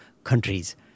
countries